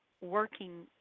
working